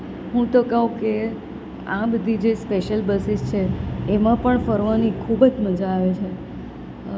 હું તો કહું કે આ બધી જે સ્પેશ્યલ બસીસ છે એમાં પણ ફરવાની ખૂબ જ મજા આવે છે